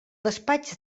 despatx